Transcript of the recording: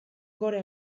gora